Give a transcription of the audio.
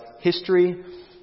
history